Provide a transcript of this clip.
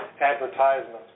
advertisements